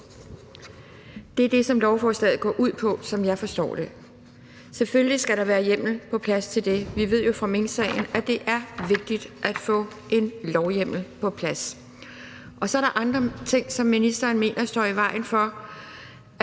Det er det, som lovforslaget går ud på, som jeg forstår det. Selvfølgelig skal der være hjemmel på plads til det; vi ved jo fra minksagen, at det er vigtigt at få en lovhjemmel på plads. Og er der andre ting, som ministeren mener står i vejen for,